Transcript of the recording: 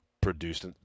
produced